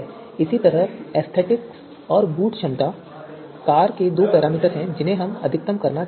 इसी तरह सौंदर्यशास्त्र और बूट क्षमता कार के दो पैरामीटर हैं जिन्हें हम अधिकतम करना चाहेंगे